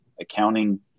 accounting